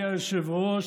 אדוני היושב-ראש,